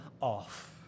off